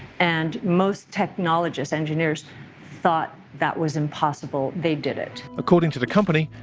and most technologists, engineers thought that was impossible. they did it. according to the company,